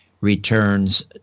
Returns